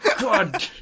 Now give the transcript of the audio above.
God